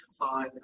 on